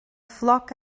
flock